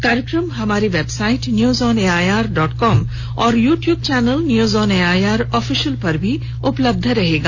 यह कार्यक्रम हमारी website news on AIR dot com और YouTube channel news on AIR official पर उपलब्ध होगा